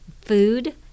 food